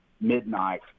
midnight